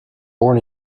born